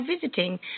visiting